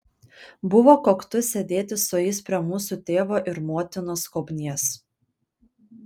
buvo koktu sėdėti su jais prie mūsų tėvo ir motinos skobnies